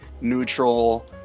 neutral